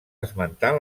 esmentar